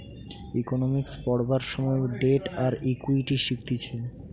economics পড়বার সময় debt আর ইকুইটি শিখতিছে